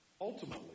ultimately